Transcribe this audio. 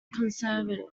conservative